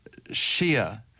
Shia